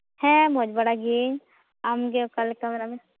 ᱦᱮᱸ ᱢᱚᱡᱽ ᱵᱟᱲᱟ ᱜᱮ ᱟᱢ ᱜᱮ ᱚᱠᱟ ᱞᱮᱠᱟ ᱢᱮᱱᱟᱜ ᱢᱮᱭᱟ